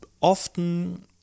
often